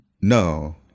no